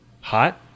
Hot